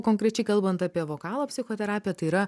konkrečiai kalbant apie vokalo psichoterapiją tai yra